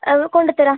അത് കൊണ്ടത്തരാം